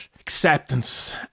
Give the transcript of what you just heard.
acceptance